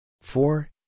four